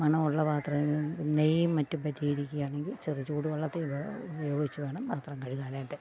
മണമുള്ള പാത്രങ്ങളിൽ നെയ്യും മറ്റും പറ്റിയിരിക്കയാണെങ്കിൽ ചെറു ചൂടു വെള്ളത്തിൽ ഉപയോഗിച്ചു വേണം പാത്രം കഴുകാനായിട്ട്